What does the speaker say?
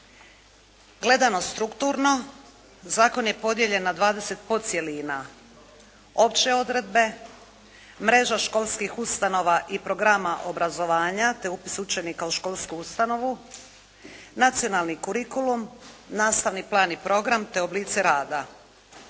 Gledano strukturno, zakon je podijeljen na 20 podcjelina. Opće odredbe, Mreža školskih ustanova i programa obrazovanja te upis učenika u školsku ustanovu, Nacionalni kurikulum, Nastavni plan i program te oblici rada,